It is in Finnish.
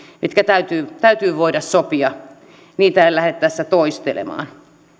mitkä täytyy täytyy voida sopia niitä en lähde tässä toistelemaan